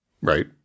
Right